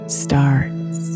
starts